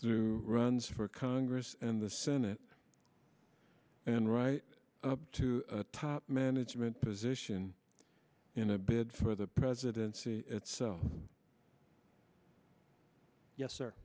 through runs for congress and the senate and right up to the top management position in a bid for the presidency itself yes sir